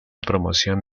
promoción